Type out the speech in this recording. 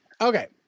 okay